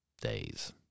days